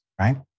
right